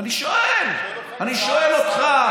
אני שואל, אני שואל אותך.